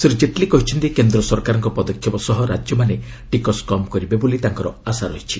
ଶ୍ରୀ କେଟଲୀ କହିଛନ୍ତି କେନ୍ଦ୍ର ସରକାରଙ୍କ ପଦକ୍ଷେପ ସହ ରାଜ୍ୟମାନେ ଟିକସ କମ୍ କରିବେ ବୋଲି ତାଙ୍କର ଆଶା ରହିଛି